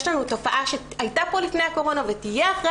יש לנו תופעה שהייתה פה לפני הקורונה ותהיה אחרי